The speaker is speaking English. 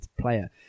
player